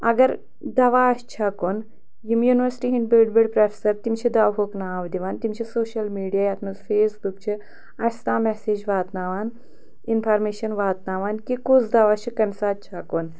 اَگر دوا آسہِ چھَکُن یِم یونیورسِٹی ہِنٛدۍ بٔڑۍ بٔڑۍ پرٛوفٮ۪سَر تِم چھِ دوٕہُک ناو دِوان تِم چھِ سوشَل میڈیا یَتھ منٛز فیس بُک چھِ اَسہِ تام مٮ۪سیج واتناوان اِنفارمیشَن واتناوان کہِ کُس دوا چھُ کَمہِ ساتہٕ چھَکُن